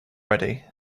ready